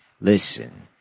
listen